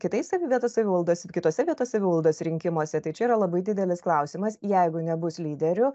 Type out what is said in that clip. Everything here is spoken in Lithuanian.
kitais vietos savivaldos ir kitose vietos savivaldos rinkimuose tai čia yra labai didelis klausimas jeigu nebus lyderių